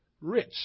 rich